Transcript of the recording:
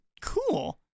Cool